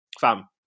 Fam